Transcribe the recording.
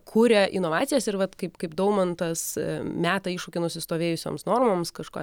kuria inovacijas ir vat kaip kaip daumantas meta iššūkį nusistovėjusioms normoms kažką